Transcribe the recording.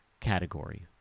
category